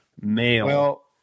male